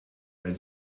weil